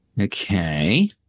Okay